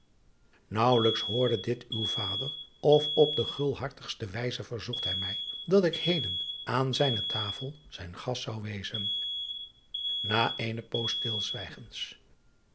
aauwelijks hoorde dit uw vader of op de gulhartigste wijze verzocht hij mij dat ik heden aan zijne tafel zijn gast zou wezen